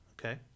okay